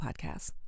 Podcasts